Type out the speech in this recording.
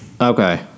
Okay